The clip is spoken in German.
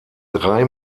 drei